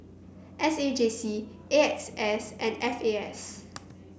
S A J C A X S and F A S